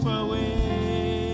away